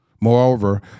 Moreover